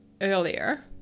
earlier